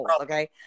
Okay